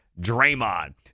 Draymond